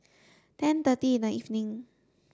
ten thirty in the evening